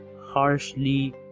harshly